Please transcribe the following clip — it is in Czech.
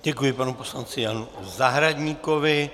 Děkuji panu poslanci Janu Zahradníkovi.